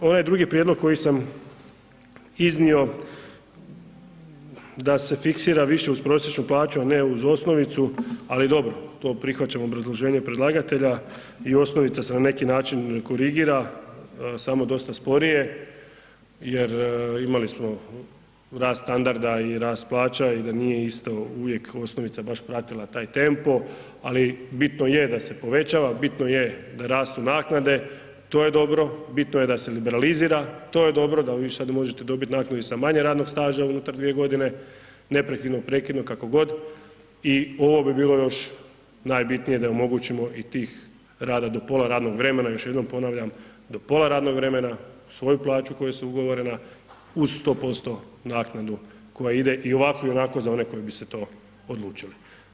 Onaj drugi prijedlog koji sam iznio da se fiksira više uz prosječnu plaću, a ne uz osnovicu, ali dobro, to prihvaćam obrazloženje predlagatelja i osnovica se na neki način korigira samo dosta sporije jer imali smo rast standarda i rast plaća i da nije isto uvijek osnovica baš pratila taj tempo, ali bitno je da se povećava, bitno je da rastu naknade, to je dobro, bitno je da se liberalizira, to je dobro, da vi sada možete dobit naknadu i sa manje radnog staža unutar 2.g., neprekidno prekidno kako god i ovo bi bilo još najbitnije da im omogućimo i tih rada do pola radnog vremena, još jednom ponavljam, do pola radnog vremena uz svoju plaću koja su ugovorena, uz 100% naknadu koja ide i ovako i onako za one koji bi se to odlučili.